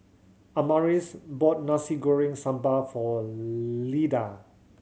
Amaris bought Nasi Goreng Sambal for Lyda